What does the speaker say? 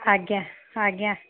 ଆଜ୍ଞା ଆଜ୍ଞା